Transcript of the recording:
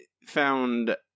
found